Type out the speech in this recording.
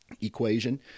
equation